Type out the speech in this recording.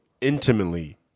intimately